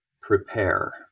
prepare